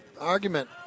argument